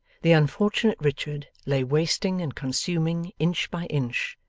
the unfortunate richard lay wasting and consuming inch by inch,